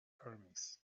armies